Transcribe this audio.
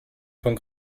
von